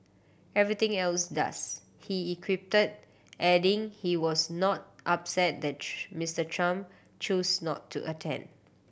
everything else does he equipped adding he was not upset that Mister Trump chose not to attend